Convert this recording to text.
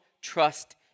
trust